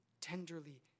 tenderly